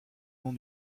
nom